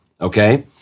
Okay